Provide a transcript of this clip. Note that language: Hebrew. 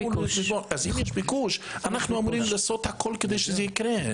אם יש ביקוש אנחנו אמורים לעשות הכול כדי שזה יקרה.